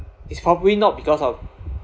it's probably not because of